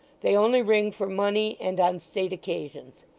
they only ring for money and on state occasions.